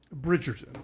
Bridgerton